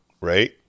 Right